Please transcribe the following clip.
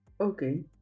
Okay